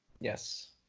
Yes